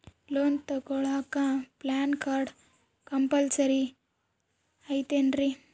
Loan ತೊಗೊಳ್ಳಾಕ PAN card compulsory ಐಯ್ತೇನ್ರಿ?